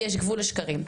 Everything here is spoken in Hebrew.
כי יש גבול לשקרים.